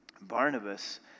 Barnabas